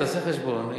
תעשה את החשבון.